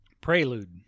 Prelude